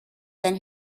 than